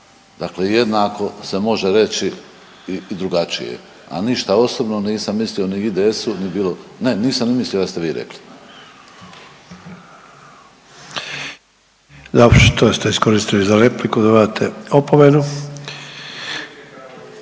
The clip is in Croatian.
dakle jednako se može reći i drugačije, a ništa osobno nisam mislio ni IDS-u, ni bilo, ne nisam ni mislio da ste vi rekli. **Sanader, Ante (HDZ)** Dobro, to ste iskoristili za repliku, dobivate opomenu.